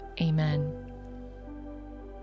Amen